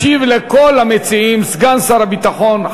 ישיב לכל המציעים סגן שר הביטחון,